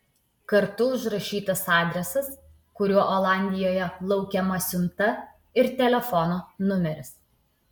kartu užrašytas adresas kuriuo olandijoje laukiama siunta ir telefono numeris